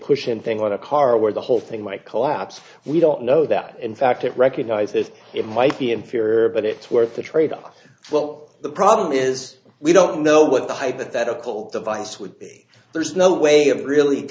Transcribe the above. push and thing on a car where the whole thing might collapse we don't know that in fact it recognises it might be inferior but it's worth the trade off well the problem is we don't know what the hypothetical device would be there's no way of really